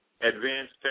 advanced